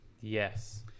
Yes